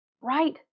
right